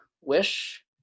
wish